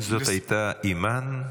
זאת הייתה אימאן?